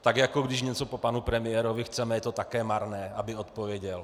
Tak jako když něco po panu premiérovi chceme, je to taky marné, aby odpověděl.